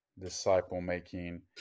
disciple-making